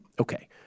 Okay